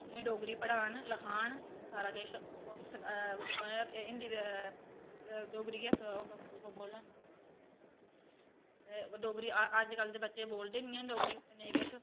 उनें ई डोगरी पढ़ान लखान सारा किश ओह् मतलब हिंदी डोगरी गै बोलन ते डोगरी अज्जकल दे बच्चे बोलदे निं हैन डोगरी नेईं किश